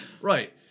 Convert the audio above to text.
right